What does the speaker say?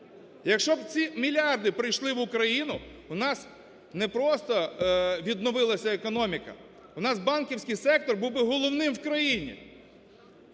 Якщо б ці мільярди прийшли в Україну, у нас не просто відновилася б економіка, у нас банківський сектор був би головним в країні.